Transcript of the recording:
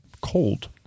cold